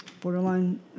borderline